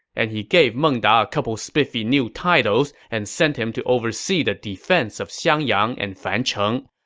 and he gave meng da a couple spiffy new titles and sent him to oversee the defense of xiangyang and fancheng,